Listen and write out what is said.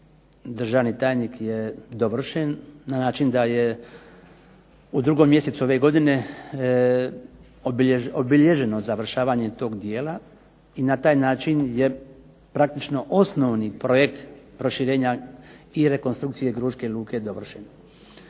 državni tajnik je dovršen, na način da je u 2. mjesecu ove godine obilježeno završavanje tog dijela, i na taj način je praktično osnovni projekt proširenja i rekonstrukcije Gruške luke dovršeno.